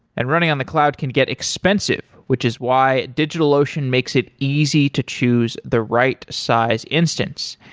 and running on the cloud can get expensive, which is why digitalocean makes it easy to choose the right size instance.